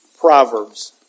Proverbs